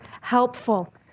helpful